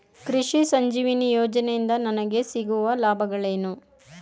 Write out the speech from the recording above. ಕೃಷಿ ಸಂಜೀವಿನಿ ಯೋಜನೆಯಿಂದ ನನಗೆ ಸಿಗುವ ಲಾಭವೇನು?